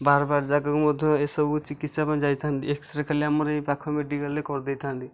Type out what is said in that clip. ବାହାର ଫାହାର ଜାଗାକୁ ମଧ୍ୟ ଏସବୁ ଚିକିତ୍ସା ପାଇଁ ଯାଇଥାନ୍ତେ ଏକ୍ସ ରେ ଖାଲି ଆମର ଏଇ ପାଖ ମେଡିକାଲ ରେ କରିଦେଇଥାନ୍ତେ